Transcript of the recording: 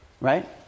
right